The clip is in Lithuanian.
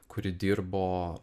kuri dirbo